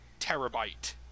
terabyte